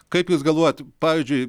kaip jūs galvojot pavyzdžiui